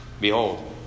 Behold